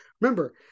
Remember